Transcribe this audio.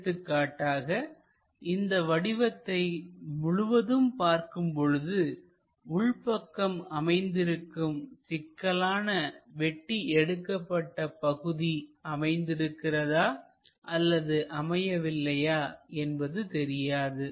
எடுத்துக்காட்டாக இந்த வடிவத்தை முழுவதுமாக பார்க்கும் பொழுது உள்பக்கம் அமைந்திருக்கும் சிக்கலான வெட்டி எடுக்கப்பட்ட பகுதி அமைந்திருக்கிறதா அல்லது அமையவில்லையா என்பது தெரியாது